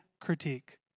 critique